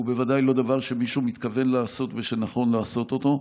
הוא בוודאי לא דבר שמישהו מתכוון לעשות ושנכון לעשות אותו.